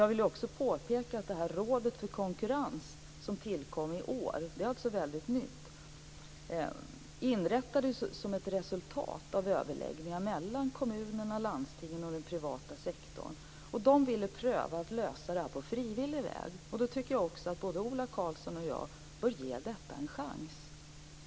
Jag vill också påpeka att det råd för konkurrens som tillkom i år och som är väldigt nytt inrättades som ett resultat av överläggningar mellan kommunerna, landstingen och den privata sektorn. Man ville pröva att lösa det här på frivillig väg. Då tycker jag att både Ola Karlsson och jag bör ge detta en chans.